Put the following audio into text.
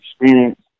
experience